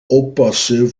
oppassen